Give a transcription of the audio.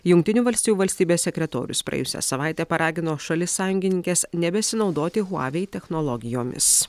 jungtinių valstijų valstybės sekretorius praėjusią savaitę paragino šalis sąjungininkes nebesinaudoti huavei technologijomis